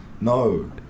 No